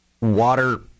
Water